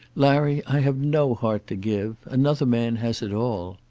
larry, i have no heart to give. another man has it all.